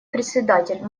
председатель